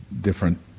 different